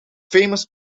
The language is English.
famous